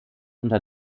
unter